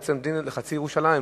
בעצם דין אחד לחצי ירושלים,